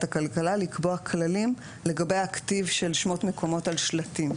הכלכלה לקבוע כללים לגבי הכתיב של שמות מקומות על שלטים,